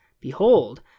Behold